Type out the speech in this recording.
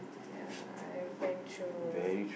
ya I went through